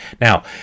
Now